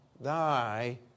thy